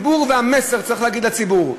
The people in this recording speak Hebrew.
המסר שצריך להגיד לציבור: